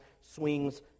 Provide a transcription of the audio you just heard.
swings